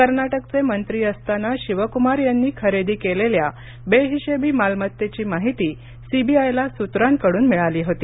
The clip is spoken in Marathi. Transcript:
कर्नाटकचे मंत्री असताना शिवकुमार यांनी खरेदी केलेल्या बेहिशेबी मालमत्तेची माहिती सीबीआय ला सूत्रांकडून मिळाली होती